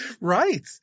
Right